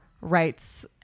rights